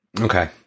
Okay